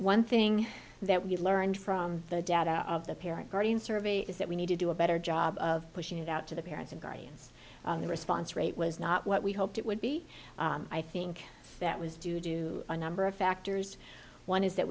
one thing that we learned from the data of the parent guardian survey is that we need to do a better job of pushing it out to the parents and guardians the response rate was not what we hoped it would be i think that was do do a number of factors one is that